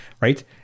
right